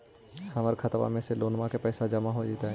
हमर खातबा में से लोनिया के पैसा जामा हो जैतय?